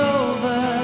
over